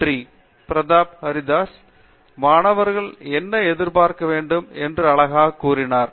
பேராசிரியர் பிரதாப் ஹரிதாஸ் மாணவர்கள் என்ன எதிர்பார்க்க வேண்டும் என்று அழகாக கூறினார்